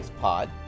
Pod